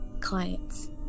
clients